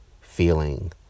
feeling